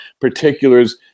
particulars